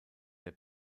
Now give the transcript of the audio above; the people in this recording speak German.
der